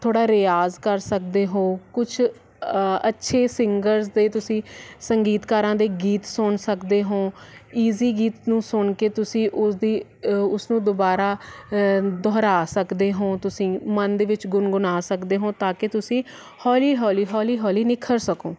ਥੋੜ੍ਹਾ ਰਿਆਜ਼ ਕਰ ਸਕਦੇ ਹੋ ਕੁਛ ਅੱਛੇ ਸਿੰਗਰਸ ਦੇ ਤੁਸੀਂ ਸੰਗੀਤਕਾਰਾਂ ਦੇ ਗੀਤ ਸੁਣ ਸਕਦੇ ਹੋ ਇਜ਼ੀ ਗੀਤ ਨੂੰ ਸੁਣ ਕੇ ਤੁਸੀਂ ਉਸ ਦੀ ਉਸ ਨੂੰ ਦੁਬਾਰਾ ਦੁਹਰਾ ਸਕਦੇ ਹੋ ਤੁਸੀਂ ਮਨ ਦੇ ਵਿੱਚ ਗੁਣਗੁਣਾ ਸਕਦੇ ਹੋ ਤਾਂ ਕਿ ਤੁਸੀਂ ਹੌਲੀ ਹੌਲੀ ਹੌਲੀ ਹੌਲੀ ਨਿਖਰ ਸਕੋ